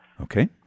Okay